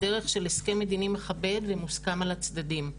בדרך של הסכם מדיני מכבד ומוסכם על הצדדים.